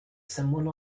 someone